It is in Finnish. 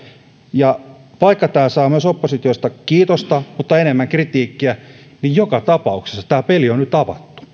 ja vaikka tämä saa oppositiosta kritiikkiä myös kiitosta mutta enemmän kritiikkiä niin joka tapauksessa tämä peli on nyt avattu